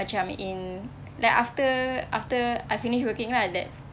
macam in like after after I finish working lah that